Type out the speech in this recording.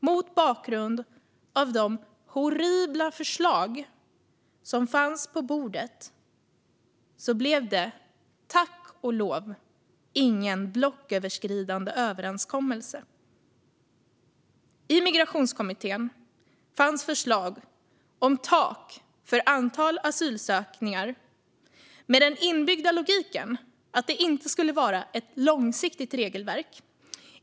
Mot bakgrund av de horribla förslag som fanns på bordet blev det tack och lov ingen blocköverskridande överenskommelse. I Migrationskommittén fanns förslag om tak för antal asylansökningar, med den inbyggda logiken att det inte skulle vara ett långsiktigt regelverk.